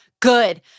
good